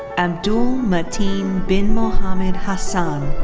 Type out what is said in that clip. abdul mateen bin mohammad hasan.